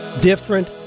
different